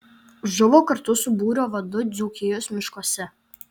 žuvo kartu su būrio vadu dzūkijos miškuose